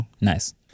Nice